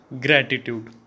gratitude